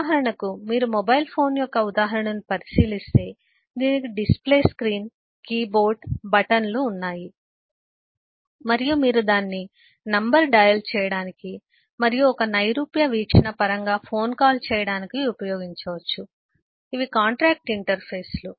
ఉదాహరణకు మీరు mobile phone యొక్క ఉదాహరణను పరిశీలిస్తే దీనికి display screen keyboard button లు ఉన్నాయి మరియు మీరు దానిని నంబర్ డయల్ చేయడానికి మరియు ఒక నైరూప్య వీక్షణ పరంగా ఫోన్ కాల్ చేయడానికి ఉపయోగించవచ్చు ఇవి కాంట్రాక్టు ఇంటర్ఫేస్ లు